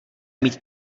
mít